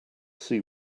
see